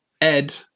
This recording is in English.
Ed